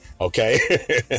Okay